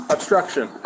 Obstruction